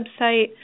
website